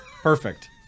Perfect